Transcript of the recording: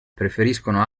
preferiscono